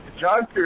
John